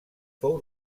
fou